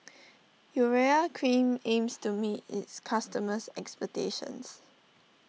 Urea Cream aims to meet its customers' expectations